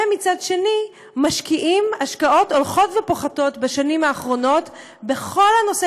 ומצד שני משקיעים השקעות הולכות ופוחתות בשנים האחרונות בכל הנושא